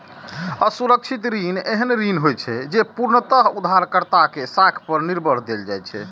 असुरक्षित ऋण एहन ऋण होइ छै, जे पूर्णतः उधारकर्ता के साख पर देल जाइ छै